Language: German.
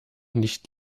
nicht